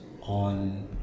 on